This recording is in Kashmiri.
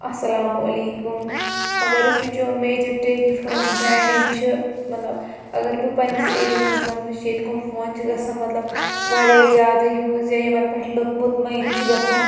اَلسَلامُ علیکُم اگر أسۍ وُچھو میجَر ٹیلی فرٛون برٛینٛڈ یِم چھِ مطلب اگر بہٕ پننِس ایریا ہَس منٛز وُچھہٕ ییٚتہِ کٕم فوٗن چھِ گژھان مطلب واریاہ زیادٕ یوٗز یا یِمَن پٮ۪ٹھ لوکھ مطمٔن چھِ گَژھان